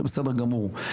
זה בסדר גמור,